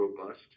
robust